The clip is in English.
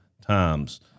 times